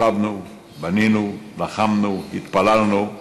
שבנו, בנינו, לחמנו, התפללנו,